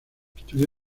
estudió